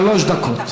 שלוש דקות.